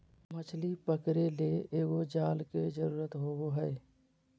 मछली पकरे ले एगो जाल के जरुरत होबो हइ